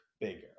bigger